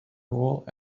role